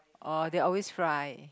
oh they always fry